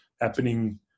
happening